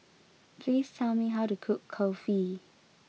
please tell me how to cook Kulfi